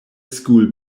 school